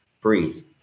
breathe